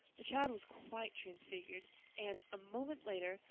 the child was quite transfigured and, a moment later,